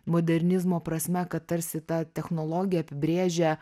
modernizmo prasme kad tarsi ta technologija apibrėžia